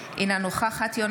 אינה נוכחת שלי טל מירון,